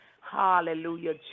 Hallelujah